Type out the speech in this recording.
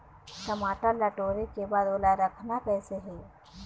टमाटर ला टोरे के बाद ओला रखना कइसे हे?